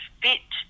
fit